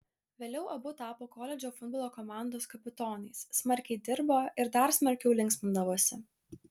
vėliau abu tapo koledžo futbolo komandos kapitonais smarkiai dirbo ir dar smarkiau linksmindavosi